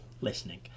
listening